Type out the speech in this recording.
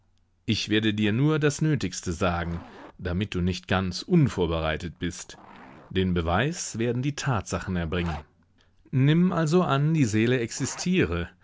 ich werde dir nur das nötigste sagen damit du nicht ganz unvorbereitet bist den beweis werden die tatsachen erbringen nimm also an die seele existiere